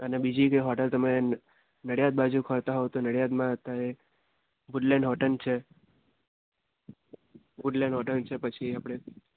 અને બીજી બે હોટેલ તમે ન નડિયાદ બાજુ ફરતા હોવ તો નડિયાદમાં અત્યારે વૂડલેન્ડ હોટેલ છે વૂડલેન્ડ હોટેલ છે પછી આપણે